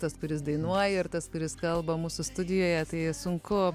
tas kuris dainuoja ir tas kuris kalba mūsų studijoje tai sunku